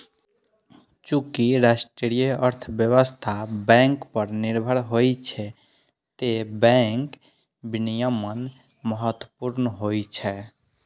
चूंकि राष्ट्रीय अर्थव्यवस्था बैंक पर निर्भर होइ छै, तें बैंक विनियमन महत्वपूर्ण होइ छै